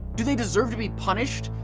do they deserve to be punished,